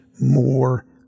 more